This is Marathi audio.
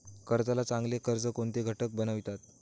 कर्जाला चांगले कर्ज कोणते घटक बनवितात?